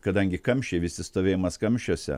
kadangi kamščiai visi stovėjimas kamščiuose